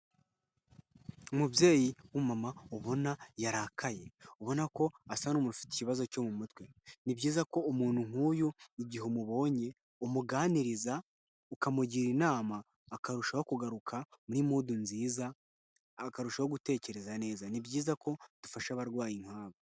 Umubyeyi w'umumama ubona yarakaye, ubona ko asa n'umufite ikibazo cyo mu mutwe, ni byiza ko umuntu nk'uyu igihe umubonye umuganiriza, ukamugira inama, akarushaho kugaruka muri mudu nziza, akarushaho gutekereza neza, ni byiza ko dufasha abarwayi nk'abo.